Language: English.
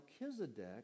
Melchizedek